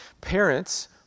Parents